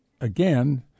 again